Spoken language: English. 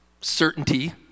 certainty